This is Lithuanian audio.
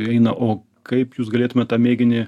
eina o kaip jūs galėtumėt tą mėginį